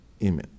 Amen